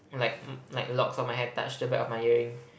like m~ like locks of my hair touch the back of my earring